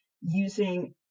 using